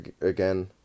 again